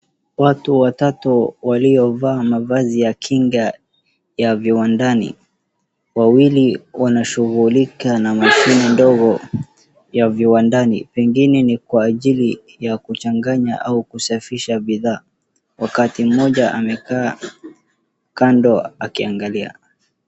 Watu watatu waliovaa mavazi ya kinga ya viwandani wawili wanashugulika na mashini ndogo ya viwandani. Pengine ni kwa ajili ya kuchanganya au kusafisha bidhaa wakati mmoja amekaa kando akiangalia.